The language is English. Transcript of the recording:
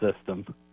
system